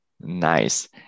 Nice